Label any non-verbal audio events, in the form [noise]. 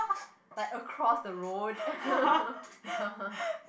like across the road [laughs] ya